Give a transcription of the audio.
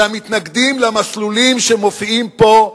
אלא מתנגדים למסלולים שמופיעים פה,